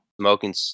smoking